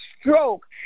stroke